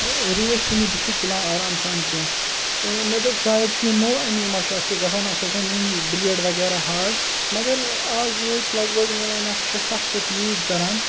ریش چھُنہٕ یہِ بُتھِک تُلان آرام سان کینٛہہ مےٚ دوٚپ شاید چھُ یہِ نوٚو اَمی ما چھُ اَتھ یہِ گژھان اَتھ آسَن ؤنۍ بٕلیڈ وغیرہ ہاڈ مگر آز وٲتۍ لگ بگ مےٚ وَنہِ اَتھ شےٚ سَتھ رٮ۪تہٕ یوٗز کَران